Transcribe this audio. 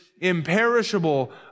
imperishable